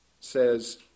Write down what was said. says